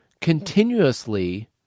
continuously